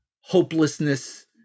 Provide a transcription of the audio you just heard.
hopelessness